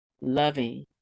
loving